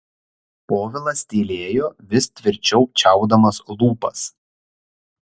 povilas tylėjo vis tvirčiau čiaupdamas lūpas